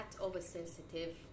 oversensitive